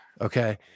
Okay